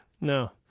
No